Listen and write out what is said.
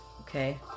Okay